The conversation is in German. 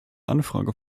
anfrage